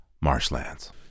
marshlands